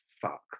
fuck